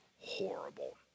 horrible